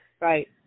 Right